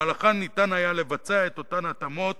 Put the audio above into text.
שבמהלכן ניתן היה לבצע את אותן התאמות